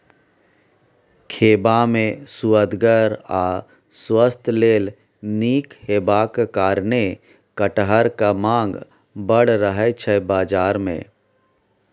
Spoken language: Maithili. खेबा मे सुअदगर आ स्वास्थ्य लेल नीक हेबाक कारणेँ कटहरक माँग बड़ रहय छै बजार मे